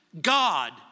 God